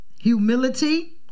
Humility